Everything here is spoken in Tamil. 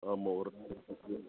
ஆமாம் ஒரு